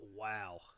Wow